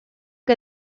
que